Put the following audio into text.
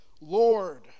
Lord